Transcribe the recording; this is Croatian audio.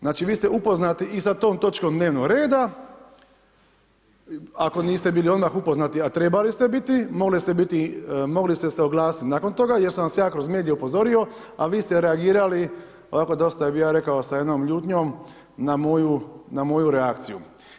Znači vi ste upoznati i sa tom točkom dnevnog reda, ako niste bili odmah upoznati a trebali ste biti, mogli ste se oglasiti nakon toga jer sam vas ja kroz medije upozorio a vi ste reagirali, onako dosta bi ja rekao sa jednom ljutnjom na moju reakciju.